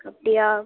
அப்படியா